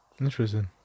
Interesting